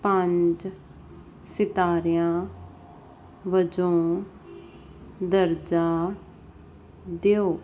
ਪੰਜ ਸਿਤਾਰਿਆਂ ਵਜੋਂ ਦਰਜਾ ਦਿਓ